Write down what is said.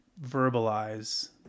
verbalize